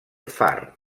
far